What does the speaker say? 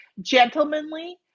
gentlemanly